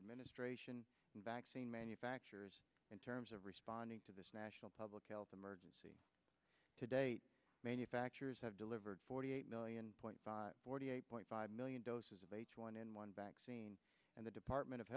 administration and vaccine manufacturers in terms of responding to this national public health emergency to date manufacturers have delivered forty eight million point by forty eight point five million doses of h one n one vaccine and the department of